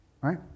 right